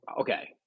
okay